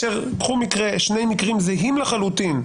קחו שני מקרים זהים לחלוטין,